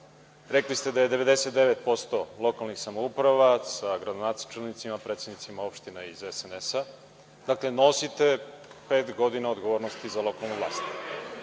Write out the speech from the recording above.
Rekli ste da je 99% lokalnih samouprava sa gradonačelnicima, predsednicima opština iz SNS-a, dakle, nosite pet godina odgovornosti za lokalnu vlast.